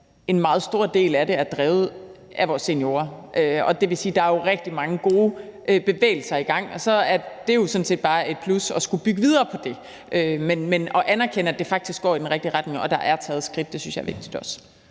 en meget stor del af det er drevet af vores seniorer, og det vil sige, at der jo er rigtig mange gode bevægelser i gang. Det er jo sådan set bare et plus at skulle bygge videre på det. Men at anerkende, at det faktisk går i den rigtige retning, og at der er taget skridt, synes jeg også er vigtigt.